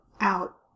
out